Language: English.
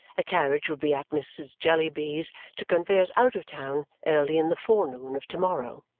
a carriage would be at mrs. jellyby's to convey us out of town early in the forenoon of to-morrow.